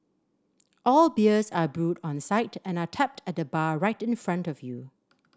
all beers are brewed on site and are tapped at the bar right in front of you